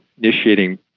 initiating